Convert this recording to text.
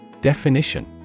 Definition